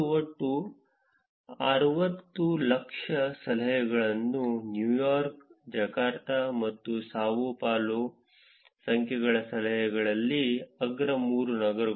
ಒಟ್ಟು 600000 ಸಲಹೆಗಳೊಂದಿಗೆ New York Jakarta ಮತ್ತು ಸಾವೊ ಪಾಲೊ ಸಂಖ್ಯೆಗಳ ಸಲಹೆಗಳಲ್ಲಿ ಅಗ್ರ 3 ನಗರಗಳು